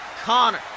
Connor